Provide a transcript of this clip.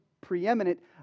preeminent